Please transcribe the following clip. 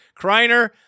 Kreiner